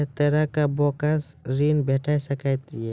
ऐ तरहक बैंकोसऽ ॠण भेट सकै ये?